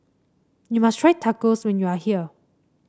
you must try Tacos when you are here